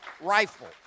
rifle